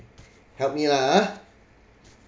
help me lah ah